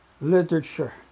literature